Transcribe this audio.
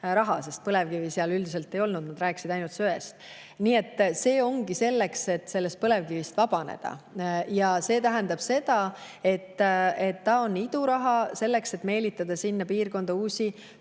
sest põlevkivist seal üldiselt [juttu] ei olnud, nad rääkisid ainult söest. Nii et see ongi selleks, et põlevkivist vabaneda. Ja see tähendab, et see on iduraha selleks, et meelitada sinna piirkonda uusi